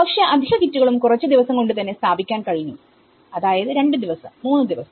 പക്ഷേ അധിക കിറ്റുകളും കുറച്ചു ദിവസം കൊണ്ട് തന്നെ സ്ഥാപിക്കാൻ കഴിഞ്ഞു അതായത് രണ്ടു ദിവസം മൂന്നു ദിവസം